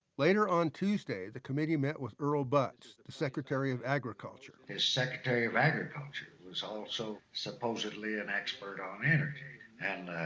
later, on tuesday, the committee met with earl butz, the the secretary of agriculture. the and secretary of agriculture was also supposedly an expert on energy. and,